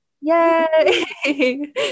Yay